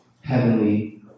heavenly